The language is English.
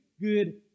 good